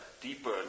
deeper